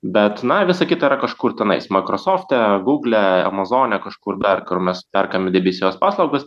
bet na visa kita yra kažkur tenai makrosefte gugle amazone kažkur dar kur mes perkame debesijos paslaugas